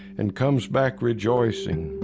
and comes back rejoicing.